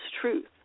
truth